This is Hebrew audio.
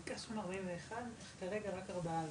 ביקשנו מ-41, כרגע רק ארבעה